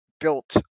built